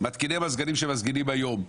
מתקיני מזגנים שמתקינים היום --- יצחק,